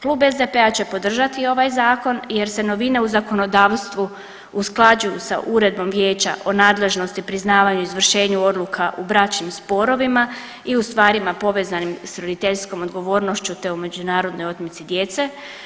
Klub SDP-a će podržati ovaj zakon jer se novine u zakonodavstvu usklađuju sa Uredbom Vijeća o nadležnosti, priznavanju i izvršenju odluka u bračnim sporovima i u stvarima povezanim s roditeljskom odgovornošću, te o međunarodnoj otmici djece.